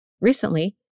Recently